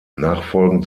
nachfolgend